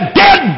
dead